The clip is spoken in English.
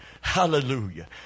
Hallelujah